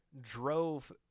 drove